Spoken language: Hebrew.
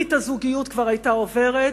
ברית הזוגיות כבר היתה עוברת,